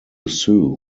sue